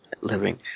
living